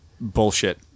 Bullshit